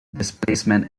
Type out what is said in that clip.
displacement